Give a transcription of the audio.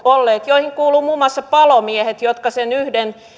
olleet joihin kuuluvat muun muassa palomiehet jotka sen yhden